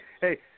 hey